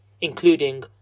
including